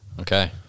Okay